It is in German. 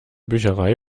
bücherei